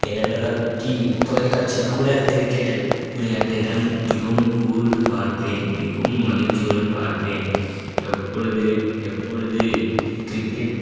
ஏனென்றால் தொலைக்காட்சியில் கூட கிரிக்கெட் விளையாட்டைதான் மிகவும் கூர்ந்து பார்ப்பேன் மிகவும் மகிழ்ச்சியுடன் பார்ப்பேன் எப்பொழுது எப்பொழுது கிரிக்கெட்